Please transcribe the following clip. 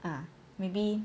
ah maybe